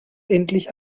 endlich